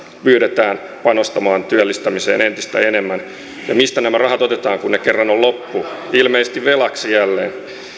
pyydetään panostamaan työllistämiseen entistä enemmän ja mistä nämä rahat otetaan kun ne kerran ovat loppu ilmeisesti velaksi jälleen